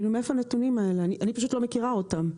אני לא מכירה אותם.